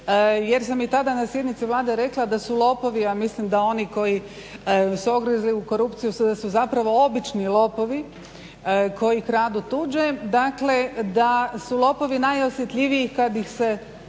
jer sam i tada na sjednici Vlade rekla da su lopovi, a mislim da oni koji su ogrezli u korupciju su zapravo obični lopovi koji kradu tuđe, dakle da su lopovi najosjetljiviji kad ih se